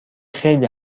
خیلی